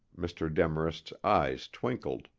mr. demarest's eyes twinkled.